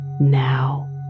now